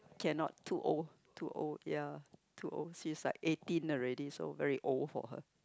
cannot too old too old ya too old she is like eighteen already so very old for her